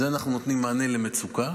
בזה אנחנו נותנים מענה למצוקה.